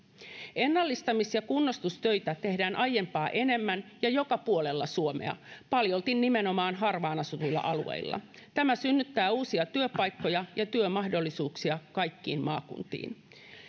ennallistamis ja kunnostustöitä tehdään aiempaa enemmän ja joka puolella suomea paljolti nimenomaan harvaan asutuilla alueilla tämä synnyttää uusia työpaikkoja ja työmahdollisuuksia kaikkiin maakuntiin